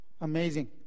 amazing